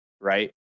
right